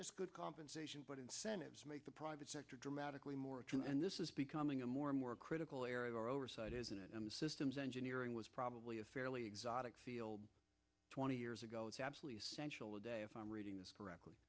just good compensation but incentives make the private sector dramatically more and this is becoming a more and more critical area or oversight is it systems engineering was probably a fairly exotic field twenty years ago it's absolutely essential today if i'm reading this correctly